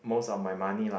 most of my money lah